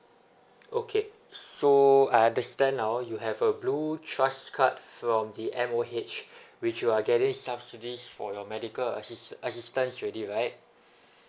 okay so I understand lah oh you have a blue trust card from the M_O_H which you are getting subsidies for your medical assist assistance already right